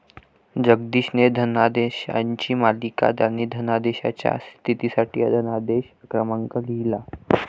जगदीशने धनादेशांची मालिका आणि धनादेशाच्या स्थितीसाठी धनादेश क्रमांक लिहिला